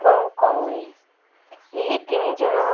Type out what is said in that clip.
ଏବଂ କଂଗ୍ରେସ ଏହି ତିନିଜଣ